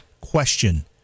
question